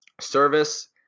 Service